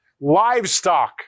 livestock